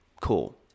cool